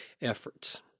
efforts